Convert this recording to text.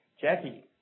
Jackie